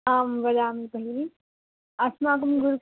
आं वदामि भगिनि अस्माकं गुरु